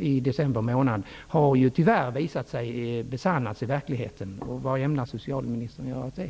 i december månad har, tyvärr, besannats i verkligheten. Vad ämnar socialministern göra åt det?